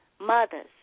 mothers